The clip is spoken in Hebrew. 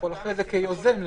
כיוזם,